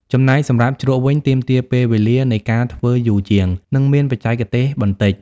ចំំណែកសម្រាប់ជ្រក់វិញ ទាមទារពេលវេលានៃការធ្វើយូរជាង និងមានបច្ចេកទេសបន្តិច។